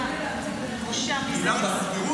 בושה, בושה גדולה.